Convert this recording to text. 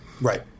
Right